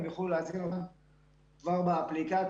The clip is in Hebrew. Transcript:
כבר מאפליקציה.